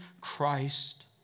Christ